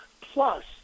plus